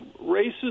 races